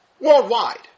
worldwide